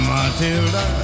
Matilda